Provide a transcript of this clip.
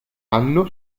anno